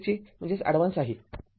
तर हे t० आहे